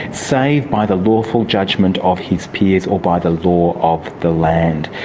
save by the lawful judgement of his peers or by the law of the land.